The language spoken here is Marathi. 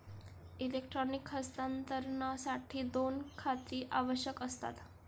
इलेक्ट्रॉनिक हस्तांतरणासाठी दोन खाती आवश्यक असतात